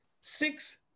six